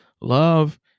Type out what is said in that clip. love